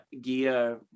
gear